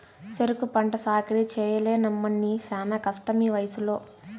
సెరుకు పంట సాకిరీ చెయ్యలేనమ్మన్నీ శానా కష్టమీవయసులో